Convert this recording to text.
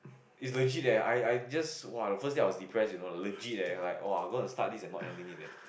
is legit leh I I just !wah! the first day I was depressed you know legit eh like !wah! gonna start this and not ending it eh